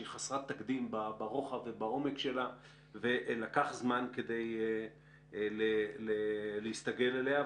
שהיא חסרת תקדים ברוחב ובעומק שלה ולקח זמן כדי להסתגל אליה.